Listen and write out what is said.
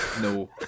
no